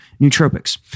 nootropics